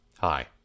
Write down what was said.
Hi